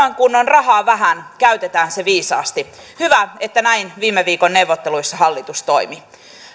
on rahaa vähän käytetään se viisaasti hyvä että näin viime viikon neuvotteluissa hallitus toimi